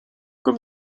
comme